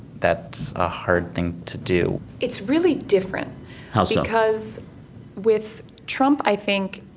that's ah hard thing to do it's really different how so? because with trump, i think,